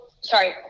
sorry